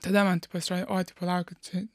tada man tai pasirodė oi tai palaukit čia